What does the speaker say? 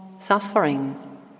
suffering